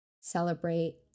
Celebrate